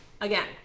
Again